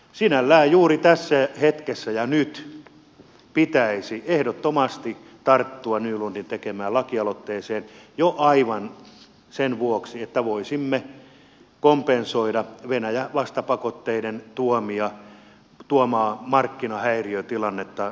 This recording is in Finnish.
sinällään juuri tässä hetkessä ja nyt pitäisi ehdottomasti tarttua nylundin tekemään lakialoitteeseen jo aivan sen vuoksi että voisimme kompensoida venäjä vastapakotteiden tuomaa markkinahäiriötilannetta kotimaisille vihannesviljelijöille